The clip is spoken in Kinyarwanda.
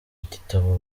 igitabo